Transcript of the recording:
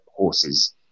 horses